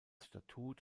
statut